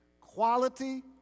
quality